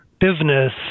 business